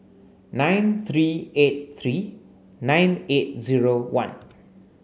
nine three eight three nine eight zero one